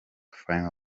final